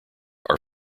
are